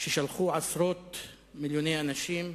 ששלחו עשרות מיליוני אנשים,